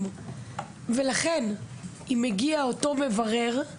קודם כל הוא בבירור לכן זה נקרא מברר.